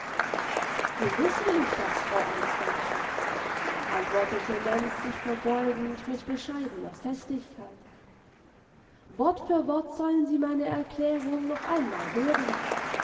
gewiß will ich das frau amtsrätin antwortete lenz sich verbeugend mit bescheidener festigkeit wort für wort sollen sie meine erklärung noch einmal hören